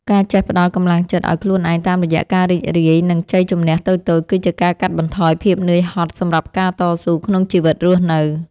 ការចេះផ្ដល់កម្លាំងចិត្តឱ្យខ្លួនឯងតាមរយៈការរីករាយនឹងជ័យជម្នះតូចៗគឺជាការកាត់បន្ថយភាពហត់នឿយសម្រាប់ការតស៊ូក្នុងជីវិតរស់នៅ។